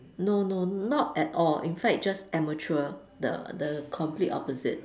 no no not at all in fact just amateur the the complete opposite